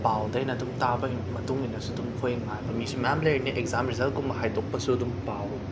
ꯄꯥꯎꯗ ꯑꯩꯅ ꯑꯗꯨꯝ ꯇꯥꯕꯒꯤ ꯃꯇꯨꯡ ꯏꯟꯅꯁꯨ ꯑꯗꯨꯝ ꯑꯩꯈꯣꯏ ꯉꯥꯏꯕ ꯃꯤꯁꯨ ꯃꯌꯥꯝ ꯂꯩꯔꯤꯅꯤ ꯑꯦꯛꯖꯥꯝ ꯔꯤꯖꯜꯀꯨꯝꯕ ꯍꯥꯏꯗꯣꯛꯄꯁꯨ ꯑꯗꯨꯝ ꯄꯥꯎ